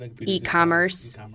e-commerce